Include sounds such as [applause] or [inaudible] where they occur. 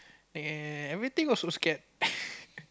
eh everything also scared [laughs]